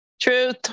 Truth